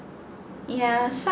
yeah so I